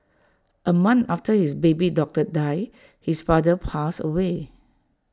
A month after his baby daughter died his father passed away